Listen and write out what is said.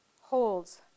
holds